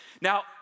Now